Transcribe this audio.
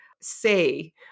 say